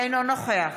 אינו נוכח